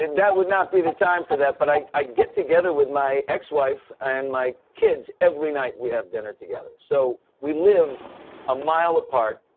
and that would not be the time for that, but i i get together with my ex-wife and my kids, every night, we have dinner together. so, we live a mile apart.